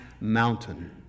mountain